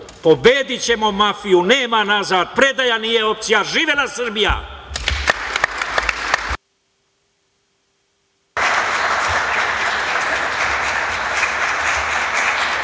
Pobedićemo mafiju, nema nazad, predaja nije opcija. Živela Srbija.